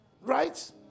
right